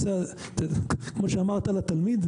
כמו שאמרת על התלמיד,